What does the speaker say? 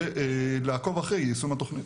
ולעקוב אחרי יישום התוכנית.